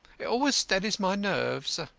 it always steadies my nerves.